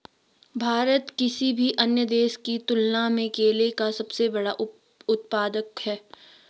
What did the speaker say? भारत किसी भी अन्य देश की तुलना में केले का सबसे बड़ा उत्पादक है